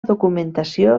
documentació